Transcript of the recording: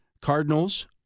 Cardinals